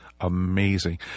amazing